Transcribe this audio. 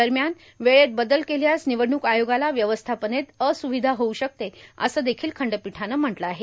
दरम्यान वेळेत बदल केल्यास निवडणूक आयोगाला व्यवस्थापनेत अस्विधा होऊ शकते असं देखील खंडपीठानं म्हटलं आहे